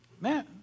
man